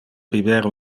biber